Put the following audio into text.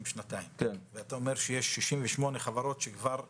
אתה אומר שיש 68 חברות שכבר הוגשו.